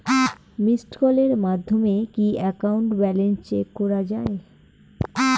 Missed কলের মাধ্যমে কি একাউন্ট ব্যালেন্স চেক করা যায়?